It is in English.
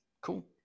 Cool